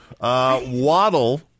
Waddle